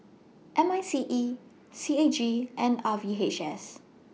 M I C E C A G and R V H S